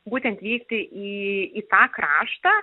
būtent vykti į į tą kraštą